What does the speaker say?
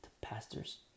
pastors